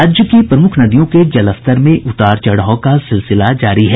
राज्य की प्रमुख नदियों के जलस्तर में उतार चढ़ाव का सिलसिला जारी है